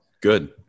Good